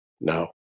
No